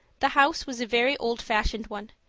the house was a very old-fashioned one,